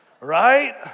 right